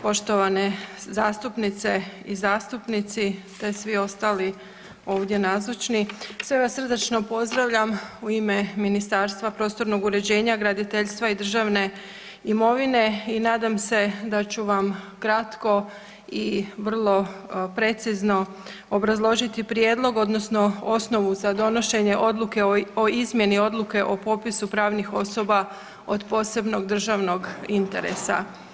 Poštovane zastupnice i zastupnici te svi ostali ovdje nazočni, sve vas srdačno pozdravljam u ime Ministarstva prostornog uređenja, graditeljstva i državne imovine i nadam se da ću vam kratko i vrlo precizno obrazložiti prijedlog odnosno osnovu za donošenje odluke o izmjeni odluke o popisu pravnih osoba od posebnog državnog interesa.